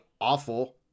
awful